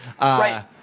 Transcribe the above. Right